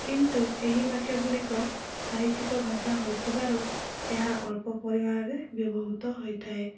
କିନ୍ତୁ ଏହି ବାକ୍ୟ ଗୁଡ଼ିକ ସାହିତ୍ୟିକ ଭାଷା ହୋଇଥିବାରୁ ଏହା ଅଳ୍ପ ପରିମାଣରେ ବ୍ୟବହୃତ ହୋଇଥାଏ